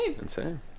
Insane